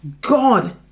God